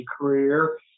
career